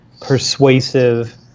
persuasive